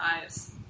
eyes